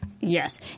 Yes